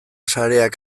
sareak